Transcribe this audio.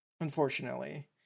Unfortunately